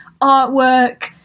artwork